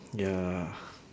ya